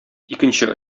икенче